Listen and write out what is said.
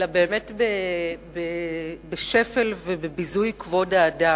אלא בשפל ובביזוי כבוד האדם.